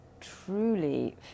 truly